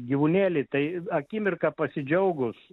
gyvūnėlį tai akimirką pasidžiaugus